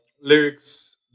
lyrics